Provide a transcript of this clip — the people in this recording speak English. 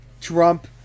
Trump